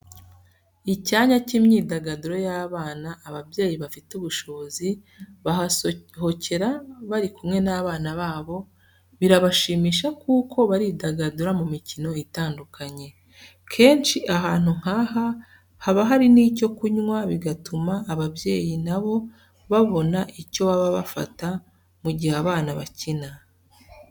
Icyanya cy'imyidagaduro y'abana, ababyeyi bafite ubushobozi bahasohokera bari kumwe n'abana babo, birabashimisha kuko baridagadura mu mikino itandukanye. Kenshi ahantu nk'aha haba hari n'icyo kumwa bigatuma ababyeyi na bo babona icyo baba bafata mu gihe abana bakina.